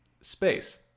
Space